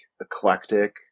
eclectic